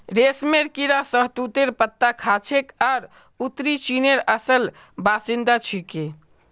रेशमेर कीड़ा शहतूतेर पत्ता खाछेक आर उत्तरी चीनेर असल बाशिंदा छिके